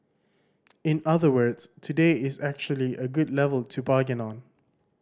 in other words today is actually a good level to bargain on